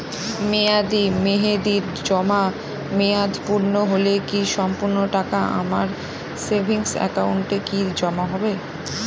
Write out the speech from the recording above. মেয়াদী মেহেদির জমা মেয়াদ পূর্ণ হলে কি সম্পূর্ণ টাকা আমার সেভিংস একাউন্টে কি জমা হবে?